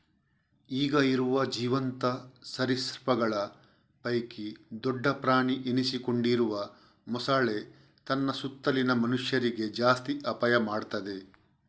ಈಗ ಇರುವ ಜೀವಂತ ಸರೀಸೃಪಗಳ ಪೈಕಿ ದೊಡ್ಡ ಪ್ರಾಣಿ ಎನಿಸಿಕೊಂಡಿರುವ ಮೊಸಳೆ ತನ್ನ ಸುತ್ತಲಿನ ಮನುಷ್ಯರಿಗೆ ಜಾಸ್ತಿ ಅಪಾಯ ಮಾಡ್ತದೆ